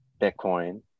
Bitcoin